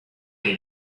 they